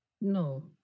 No